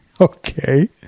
Okay